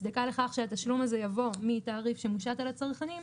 ההצדקה לכך שהתשלום הזה יבוא מתעריף שמושת על הצרכנים,